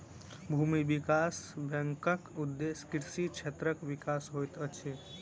भूमि विकास बैंकक उदेश्य कृषि क्षेत्रक विकास होइत अछि